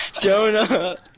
Jonah